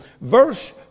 verse